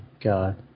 God